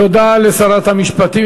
תודה לשרת המשפטים.